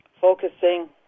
focusing